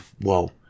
whoa